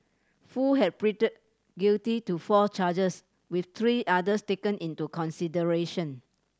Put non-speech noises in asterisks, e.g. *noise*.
foo had *unintelligible* guilty to four charges with three others taken into consideration